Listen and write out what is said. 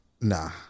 Nah